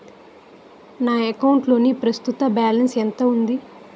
నా అకౌంట్ లోని ప్రస్తుతం బాలన్స్ ఎంత ఉంది?